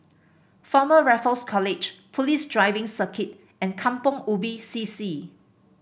Former Raffles College Police Driving Circuit and Kampong Ubi C C